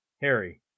Harry